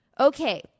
Okay